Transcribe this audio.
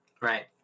Right